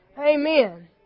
amen